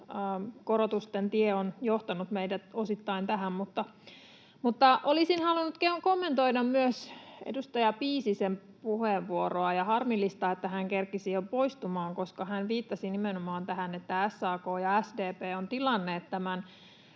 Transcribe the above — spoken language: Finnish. korotusten tie on osittain johtanut meidät tähän. Mutta olisin halunnut kommentoida myös edustaja Piisisen puheenvuoroa, ja on harmillista, että hän kerkesi jo poistumaan. Hän viittasi nimenomaan tähän, että SAK ja SDP ovat tilanneet tämän